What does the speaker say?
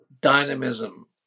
dynamism